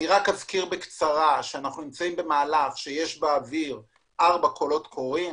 אזכיר בקצרה שאנחנו נמצאים במהלך שיש באוויר ארבעה קולות קוראים.